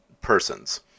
persons